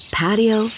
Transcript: patio